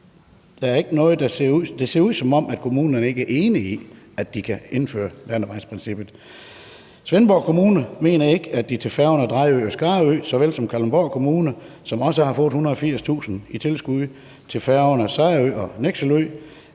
Det ser ud, som om kommunerne ikke er enige i, at de kan indføre landevejsprincippet. Svendborg Kommune mener ikke, at de har nok til færgerne til Drejø og Skarø, ligesom Kalundborg Kommune, som også har fået 180.000 kr. i tilskud til færgerne til Sejrø og Nekselø,